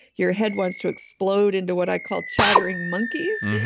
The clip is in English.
your head wants to explode into what i call chattering monkeys.